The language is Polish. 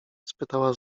spytała